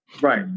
Right